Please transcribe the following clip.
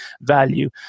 value